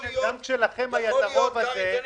גם כשלכם היה את הרוב הזה,